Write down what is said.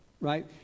right